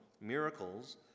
miracles